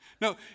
No